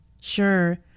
sure